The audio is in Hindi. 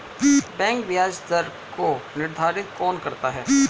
बैंक ब्याज दर को निर्धारित कौन करता है?